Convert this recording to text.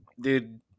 Dude